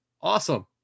awesome